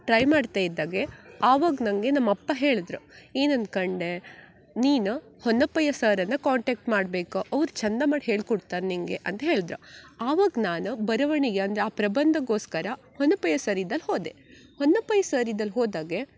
try ಮಾಡ್ತಾ ಇದ್ದಾಗೆ ಆವಾಗ ನನಗೆ ನಮ್ಮ ಅಪ್ಪ ಹೇಳಿದ್ರು ಏನಂದ್ಕಂಡು ನೀನು ಹೊನ್ನಪ್ಪಯ್ಯ ಸರನ್ನು ಕಾಂಟ್ಯಾಕ್ಟ್ ಮಾಡಬೇಕು ಅವ್ರು ಚಂದ ಮಾಡಿ ಹೇಳ್ಕೊಡ್ತಾರೆ ನಿನಗೆ ಅಂತ ಹೇಳಿದರು ಆವಾಗ ನಾನು ಬರವಣಿಗೆ ಅಂದರೆ ಆ ಪ್ರಬಂಧಕ್ಕೋಸ್ಕರ ಹೊನ್ನಪ್ಪಯ್ಯ ಸರ್ ಇದ್ದಲ್ಲಿ ಹೋದೆ ಹೊನ್ನಪ್ಪಯ್ಯ ಸರ್ ಇದ್ದಲ್ಲಿ ಹೋದಾಗ